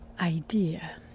idea